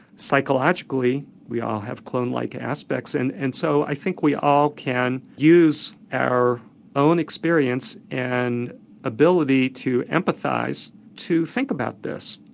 psychologically we all have clone-like aspects. and and so i think we all can use our own experience and ability to empathise, to think about this.